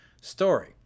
story